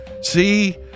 See